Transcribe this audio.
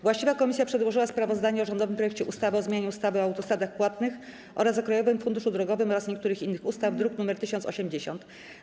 Właściwa komisja przedłożyła sprawozdanie o rządowym projekcie ustawy o zmianie ustawy o autostradach płatnych oraz o Krajowym Funduszu Drogowym oraz niektórych innych ustaw, druk nr 1080.